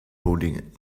holding